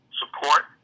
support